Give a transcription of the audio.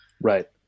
Right